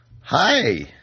Hi